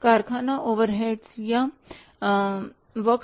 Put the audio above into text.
कारखाना ओवरहेड्स या works overheads